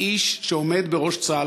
האיש שעומד בראש צה"ל,